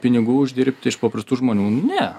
pinigų uždirbti iš paprastų žmonių nu ne